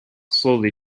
slowly